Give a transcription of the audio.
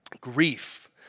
Grief